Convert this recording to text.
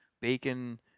bacon